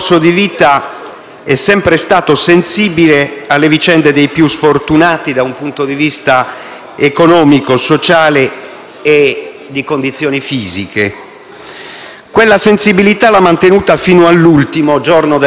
Quella sensibilità l'ha mantenuta fino all'ultimo giorno della sua vita, facendosi promotore di una battaglia che riguardava certamente la sua condizione di malato terminale di SLA,